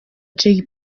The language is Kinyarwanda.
jay